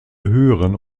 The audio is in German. höheren